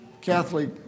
Catholic